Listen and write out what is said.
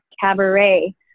cabaret